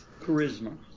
Charisma